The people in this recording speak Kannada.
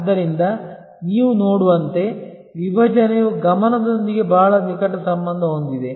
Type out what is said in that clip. ಆದ್ದರಿಂದ ನೀವು ನೋಡುವಂತೆ ವಿಭಜನೆಯು ಗಮನದೊಂದಿಗೆ ಬಹಳ ನಿಕಟ ಸಂಬಂಧ ಹೊಂದಿದೆ